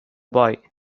boy